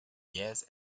jähes